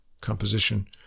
composition